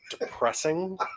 Depressing